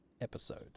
episode